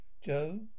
Joe